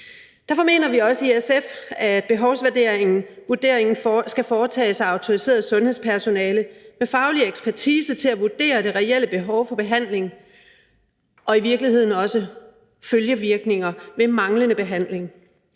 vi for det første også i SF, at behovsvurderingen skal foretages af autoriseret sundhedspersonale med faglig ekspertise til at vurdere det reelle behov for behandling og i virkeligheden også følgevirkninger ved manglende behandling.